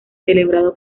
celebrado